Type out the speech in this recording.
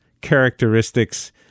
characteristics